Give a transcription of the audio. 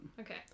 Okay